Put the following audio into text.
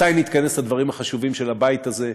מתי נתכנס לדברים החשובים של הבית הזה,